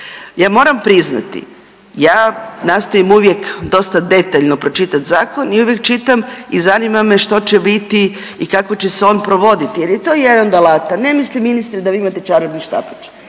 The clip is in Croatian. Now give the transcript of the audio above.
Ja moram priznati, ja nastojim dosta detaljno pročitati zakon i uvijek čitam i zanima me što će biti i kako će se on provoditi jer je to jedan od alata. Ne mislim ministre da vi imate čarobni štapić